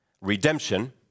Redemption